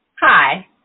Hi